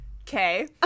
Okay